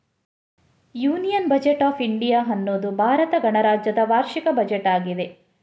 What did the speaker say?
union budget of India ಅನ್ನುದು ಭಾರತ ಗಣರಾಜ್ಯದ ವಾರ್ಷಿಕ ಬಜೆಟ್ ಆಗಿದೆ